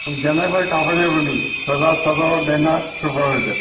હું જમાલભાઈ કાપડિયા બોલું સરદાર સભા ડેમના સુપરવાઈઝર